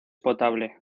potable